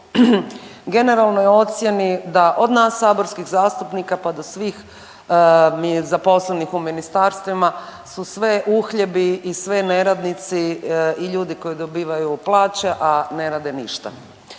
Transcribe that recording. generalnoj ocjeni da od nas saborskih zastupnika pa do svih zaposlenih u ministarstvima su sve uhljebi i sve neradnici i ljudi koji dobivaju plaće, a ne rade ništa.